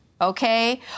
okay